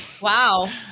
Wow